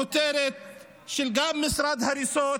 גם כותרת של משרד הריסות,